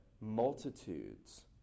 multitudes